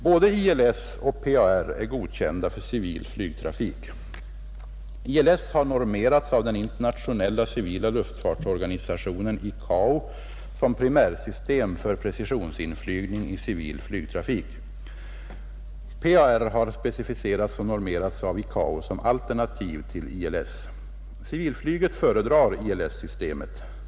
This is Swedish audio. Både ILS och PAR är godkända för civil flygtrafik. ILS har normerats av den internationella civila luftfartsorganisationen, ICAO, som primärsystem för precisionsinflygning i civil flygtrafik. PAR har specificerats och normerats av ICAO som alternativ till ILS. Civilflyget föredrar ILS-systemet.